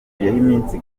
iminsi